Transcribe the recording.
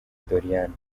doriane